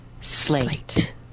Slate